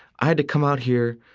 i had to come out here,